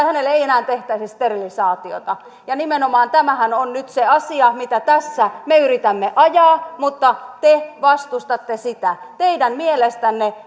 hänelle ei enää tehtäisi sterilisaatiota ja nimenomaan tämähän on nyt se asia mitä tässä me yritämme ajaa mutta te vastustatte sitä teidän mielestänne